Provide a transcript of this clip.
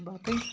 باقٕے